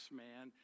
man